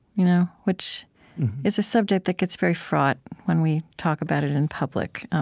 you know which is a subject that gets very fraught when we talk about it in public.